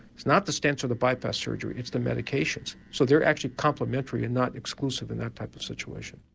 it's not the stents or the bypass surgery, it's the medications, so they are actually complimentary and not exclusive in that type of situation.